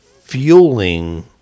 fueling